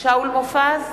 שאול מופז,